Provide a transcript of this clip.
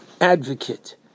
advocate